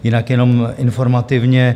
Jinak jenom informativně.